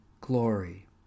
Glory